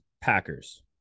Packers